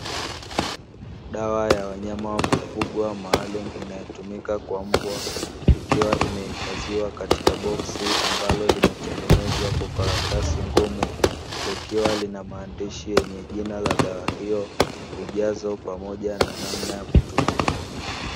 Dawa ya wanyama wa kufugwa maalumu inayotumika kwa mbwa, ikiwa imehifadhiwa katika boksi ambalo limetengenezwa kwa karatasi ngumu; likiwa lina maandishi yenye jina la dawa hiyo, ujazo pamoja na namna ya kutumia.